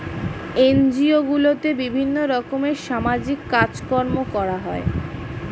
NGO গুলোতে বিভিন্ন রকমের সামাজিক কাজকর্ম করা হয়